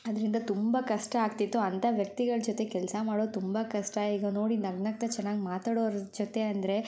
ಅದರಿಂದ ತುಂಬ ಕಷ್ಟ ಆಗ್ತಿತ್ತು ಅಂಥ ವ್ಯಕ್ತಿಗಳ ಜೊತೆ ಕೆಲಸ ಮಾಡೋದು ತುಂಬ ಕಷ್ಟ ಈಗ ನೋಡಿ ನಗುನಗ್ತಾ ಚೆನ್ನಾಗಿ ಮಾತಾಡೋರ ಜೊತೆ ಅಂದರೆ